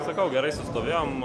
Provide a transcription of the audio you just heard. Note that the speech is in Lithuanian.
sakau gerai sustovėjom